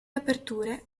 aperture